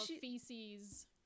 feces